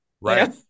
Right